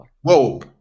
Whoa